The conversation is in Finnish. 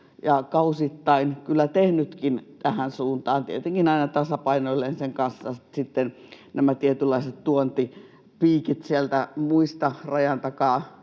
ja kausittain kyllä tehnytkin tähän suuntaan, tietenkin aina tasapainoillen sen kanssa, että sitten nämä tietynlaiset tuontipiikit sieltä muilta rajantakaisilta